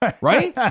right